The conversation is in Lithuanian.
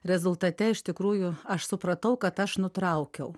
rezultate iš tikrųjų aš supratau kad aš nutraukiau